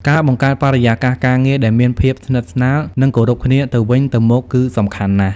ការបង្កើតបរិយាកាសការងារដែលមានភាពស្និទ្ធស្នាល និងគោរពគ្នាទៅវិញទៅមកគឺសំខាន់ណាស់។